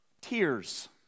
Tears